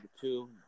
two